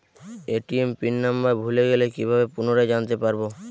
ATM pin number ভুলে গেলে কি ভাবে পুনরায় জানতে পারবো?